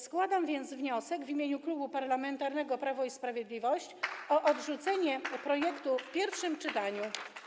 Składam więc wniosek w imieniu Klubu Parlamentarnego Prawo i Sprawiedliwość o odrzucenie projektu w pierwszym czytaniu.